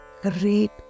great